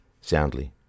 soundly